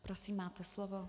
Prosím, máte slovo.